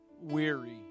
weary